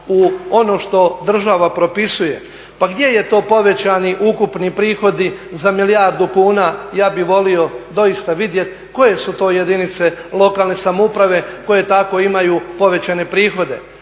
u ono što država propisuje? Pa gdje je to povećani ukupni prihodi za milijardu kuna, ja bih volio doista vidjeti koje su to jedinice lokalne samouprave koje tako imaju povećane prihode.